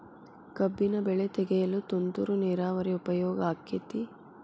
ಕಬ್ಬಿನ ಬೆಳೆ ತೆಗೆಯಲು ತುಂತುರು ನೇರಾವರಿ ಉಪಯೋಗ ಆಕ್ಕೆತ್ತಿ?